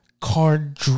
card